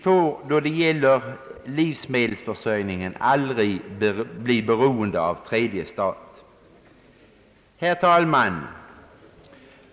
Vår livsmedelsförsörjning får aldrig bli beroende av tredje stat. Herr talman!